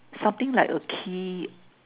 something like a key